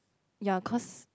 ya cause